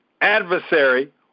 adversary